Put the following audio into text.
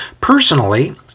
Personally